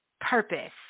purpose